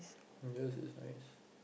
yours is nice